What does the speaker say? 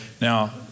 Now